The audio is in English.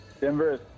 Denver